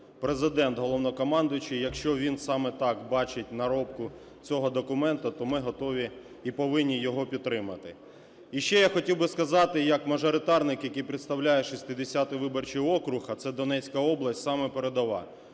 Президент – Головнокомандуючий, якщо він саме так бачить наробку цього документа, то ми готові і повинні його підтримати. І ще я хотів би сказати як мажоритарник, який представляє 60 виборчий округ, а це Донецька область, саме передова.